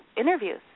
interviews